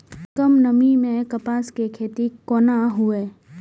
कम नमी मैं कपास के खेती कोना हुऐ?